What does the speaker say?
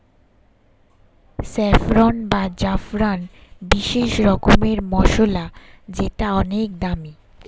saffron বা জাফরান বিশেষ রকমের মসলা যেটা অনেক দামি